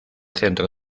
centro